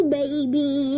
baby